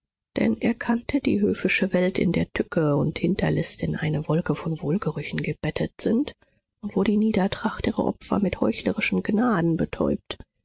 denn er kannte die höfische welt in der tücke und hinterlist in eine wolke von wohlgerüchen gebettet sind und wo die niedertracht ihre opfer mit heuchlerischen gnaden betäubt